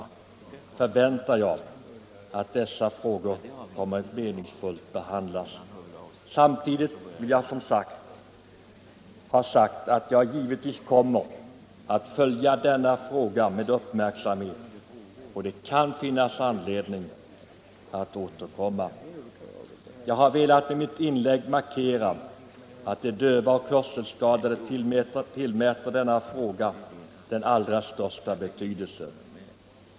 Jag förväntar att frågorna kommer att få en meningsfull behandling. Samtidigt vill jag ha sagt att jag givetvis kommer att följa saken med uppmärksamhet, och det kan finnas anledning att återkomma. Jag har med mitt inlägg velat markera att de döva och de hörselskadade tillmäter denna fråga den allra största betydelse.